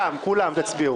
כולם, כולם, תצביעו.